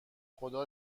خدا